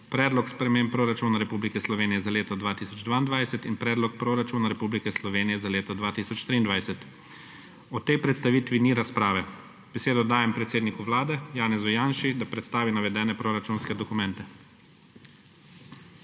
Predlog sprememb Proračuna Republike Slovenije za leto 2002 in Predlog proračuna Republike Slovenije za leto 2023. O tej predstavitvi ni razprave. Besedo dajem predsedniku Vlade Janezu Janši, da predstavi navedene proračunske dokumente.